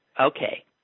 Okay